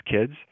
kids